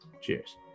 Cheers